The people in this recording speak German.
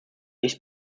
nicht